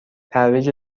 ترویج